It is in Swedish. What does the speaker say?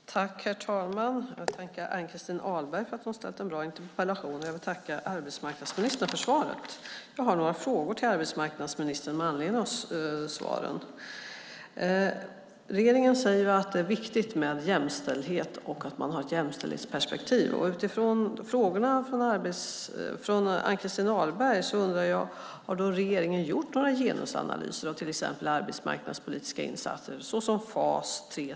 Herr talman! Jag tackar Ann-Christin Ahlberg för att hon ställt en bra interpellation och arbetsmarknadsministern för svaret. Jag har några frågor till arbetsmarknadsministern med anledning av svaret. Regeringen säger att det är viktigt med jämställdhet och att man har ett jämställdhetsperspektiv. Utifrån frågorna från Ann-Christin Ahlberg undrar jag om regeringen har gjort några genusanalyser av till exempel arbetsmarknadspolitiska insatser, såsom fas 3.